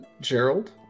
gerald